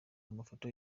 amafoto